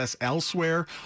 elsewhere